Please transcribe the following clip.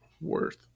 Worth